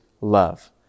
love